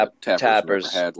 tappers